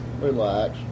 relax